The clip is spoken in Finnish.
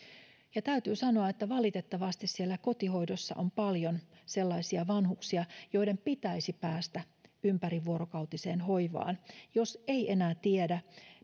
täytyy sanoa että valitettavasti siellä kotihoidossa on paljon sellaisia vanhuksia joiden pitäisi päästä ympärivuorokautiseen hoivaan jos ei enää tiedä